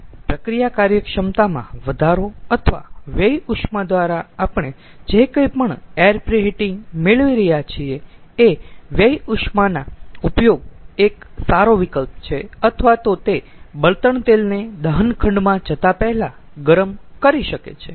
પછી પ્રક્રિયા કાર્યક્ષમતામાં વધારો અથવા વ્યય ઉષ્મા દ્વારા આપણે જે કંઇ પણ એર પ્રીહિટિંગ મેળવી રહ્યા છીએ એ વ્યય ઉષ્માના ઉપયોગ એક સારો વિકલ્પ છે અથવા તો તે બળતણ તેલને દહન ખંડમાં જતા પહેલા ગરમ કરી શકે છે